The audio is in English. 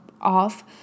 off